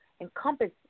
encompass